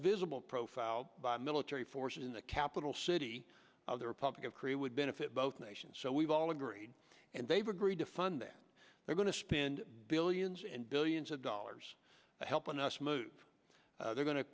visible profile by military forces in the capital city of the republic of korea would benefit both nations so we've all agreed and they've agreed to fund that they're going to spend billions and billions of dollars helping us move they're going to